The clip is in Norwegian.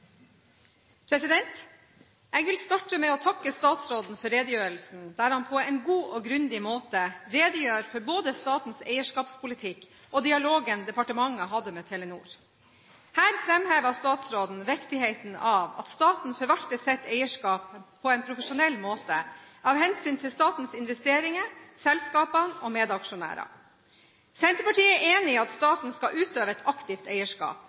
Telenor. Jeg vil starte med å takke statsråden for redegjørelsen, der han på en god og grundig måte redegjør for både statens eierskapspolitikk og dialogen departementet hadde med Telenor. Her framhevet statsråden viktigheten av at staten forvalter sitt eierskap på en profesjonell måte, av hensyn til statens investeringer, selskapene og medaksjonærer. Senterpartiet er enig i at staten skal utøve et aktivt eierskap,